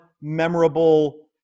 memorable